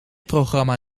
programma